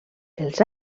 els